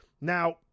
Now